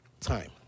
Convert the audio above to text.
Time